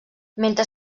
mentre